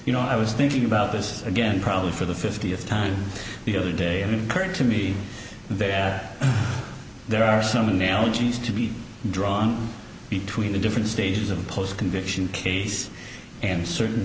you know i was thinking about this again probably for the fiftieth time the other day in court to me there are some analogies to be drawn between the different stages of post conviction case and certain